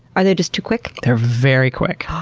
are they just too quick? they're very quick.